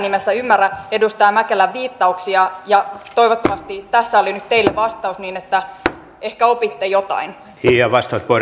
pyydän nyt niitä edustajia jotka haluavat osallistua debattiin varaamaan minuutin mittaisen puheenvuoron painamalla v painiketta ja nousemalla seisomaan